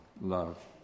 love